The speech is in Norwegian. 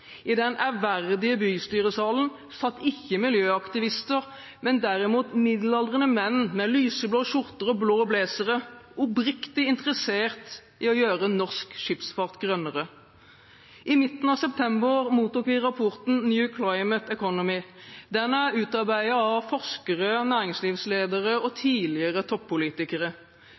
I den ærverdige bystyresalen satt ikke miljøaktivister, men derimot middelaldrende menn med lyseblå skjorter og blå blazere, oppriktig interessert i å gjøre norsk skipsfart grønnere. I midten av september mottok vi rapporten New Climate Economy. Den er utarbeidet av forskere, næringslivsledere og tidligere toppolitikere.